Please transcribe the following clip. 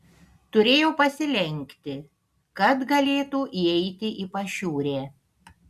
turėjo pasilenkti kad galėtų įeiti į pašiūrę